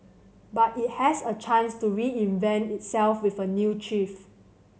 but it has a chance to reinvent itself with a new chief